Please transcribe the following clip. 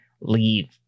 leave